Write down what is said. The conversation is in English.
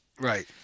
Right